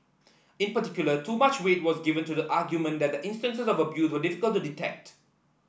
in particular too much weight was given to the argument that the instances of abuse were difficult to detect